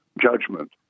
judgment